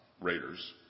Raiders